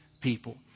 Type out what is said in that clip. people